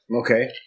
Okay